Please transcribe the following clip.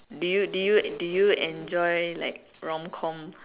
do you do you do you enjoy like rom-com